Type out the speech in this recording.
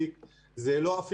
זה מה שמספיק,